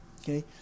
Okay